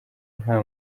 nta